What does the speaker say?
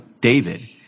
David